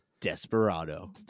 desperado